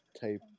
type